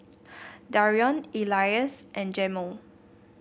Darion Elias and Jamel